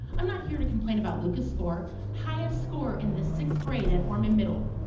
i'm not here to complain about luca's score. highest score in the sixth grade at orman middle,